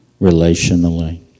relationally